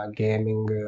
gaming